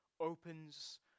opens